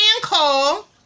call